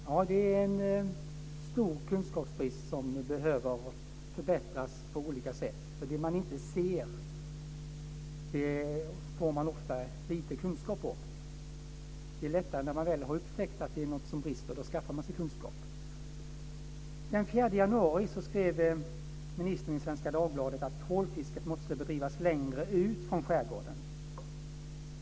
Fru talman! Det råder stor kunskapsbrist, som behöver förbättras på olika sätt. Det man inte ser får man ofta alltför lite kunskap om. Det är lättare när man väl har upptäckt att det är något som brister. Då skaffar man sig kunskap. Den 4 januari skrev ministern i Svenska Dagbladet att trålfisket måste bedrivas längre ut från skärgården.